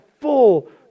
full